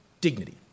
dignity